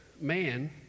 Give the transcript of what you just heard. man